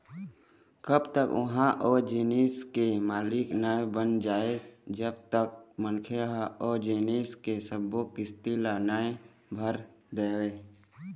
कब तक ओहा ओ जिनिस के मालिक नइ बन जाय जब तक मनखे ह ओ जिनिस के सब्बो किस्ती ल नइ भर देवय